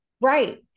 Right